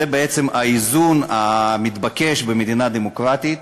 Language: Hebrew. זה בעצם האיזון המתבקש במדינה דמוקרטית: